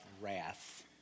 wrath